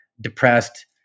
depressed